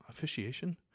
officiation